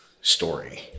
story